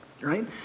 Right